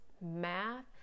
math